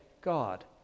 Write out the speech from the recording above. God